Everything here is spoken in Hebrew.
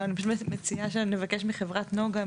אני מציעה שנבקש מחברת נגה,